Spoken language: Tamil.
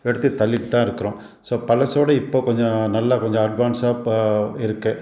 எடுத்து தள்ளிகிட்டு தான் இருக்கிறோம் ஸோ பழசோட இப்போது கொஞ்சம் நல்லா கொஞ்சம் அட்வான்ஸாக இப்போ இருக்குது